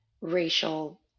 racial